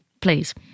Please